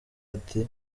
ati